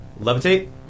Levitate